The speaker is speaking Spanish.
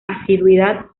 asiduidad